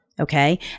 okay